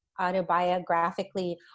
autobiographically